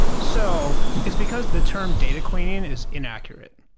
so it's because the term data cleaning is inaccurate.